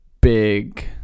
big